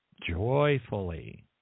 joyfully